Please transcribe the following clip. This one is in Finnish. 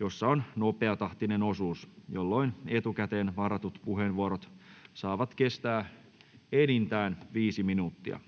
jossa on nopeatahtinen osuus, jolloin etukäteen varatut puheenvuorot saavat kestää enintään 5 minuuttia.